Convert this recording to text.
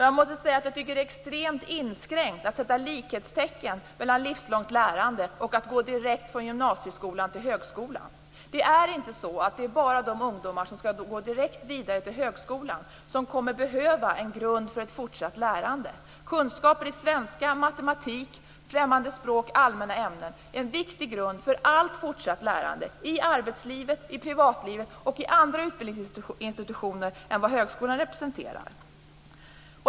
Jag måste säga att det är extremt inskränkt att sätta likhetstecken mellan livslångt lärande och att gå direkt från gymnasieskolan till högskolan. Det är inte bara de ungdomar som direkt skall gå vidare till högskolan som kommer att behöva en grund för ett fortsatt lärande. Kunskaper i svenska, matematik, främmande språk och allmänna ämnen är en viktig grund för allt fortsatt lärande, i arbetslivet, i privatlivet och i andra utbildningsinstitutioner än vad högskolan representerar.